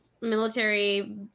military